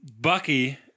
Bucky